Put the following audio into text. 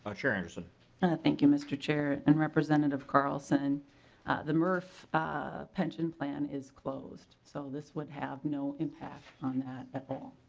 ah chair anderson thank you mr. chair and representative carlson the ah pension plan is closed so this would have no impact on that at all.